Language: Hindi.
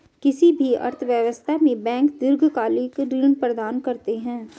किसी भी अर्थव्यवस्था में बैंक दीर्घकालिक ऋण प्रदान करते हैं